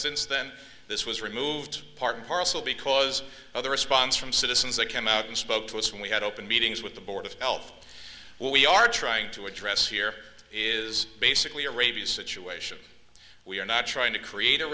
since then this was removed part and parcel because of the response from citizens that came out and spoke to us when we had open meetings with the board of elf what we are trying to address here is basically a rabies situation we are not trying to create a